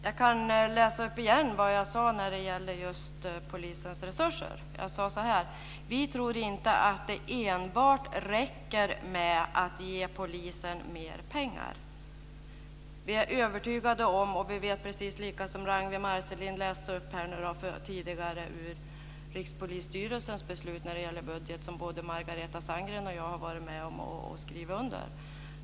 Herr talman! Jag kan upprepa vad jag sade om polisens resurser. Vi tror inte att det enbart räcker med att ge polisen mer pengar. Vi är övertygade om precis det som Ragnvi Marcelind läste upp tidigare ur Rikspolisstyrelsen beslut när det gäller budgeten. Det har både Margareta Sandgren och jag varit med om att skriva under.